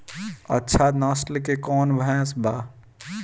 अच्छा नस्ल के कौन भैंस बा?